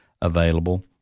available